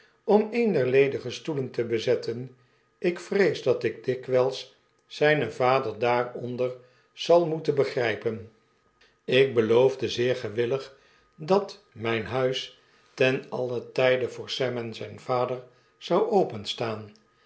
om een der ledige stoelen rt bezetten ik vrees dat ik dikwyls zynen te vader daaronder zal moeten begrypen ik beloofde zeer gewillig dat myn huis ten alien tyde voor sam en zynen vader zou openstaan